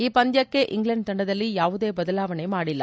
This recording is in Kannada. ಈ ಪಂದ್ಯಕ್ಕೆ ಇಂಗ್ಲೆಂಡ್ ತಂಡದಲ್ಲಿ ಯಾವುದೇ ಬದಲಾವಣೆ ಮಾಡಿಲ್ಲ